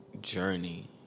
journey